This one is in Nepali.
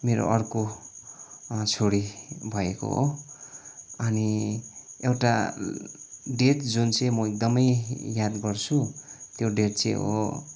मेरो अर्को छोरी भएको हो अनि एउटा डेट जुन चाहिँ म एकदमै याद गर्छु त्यो डेट चाहिँ हो